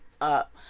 up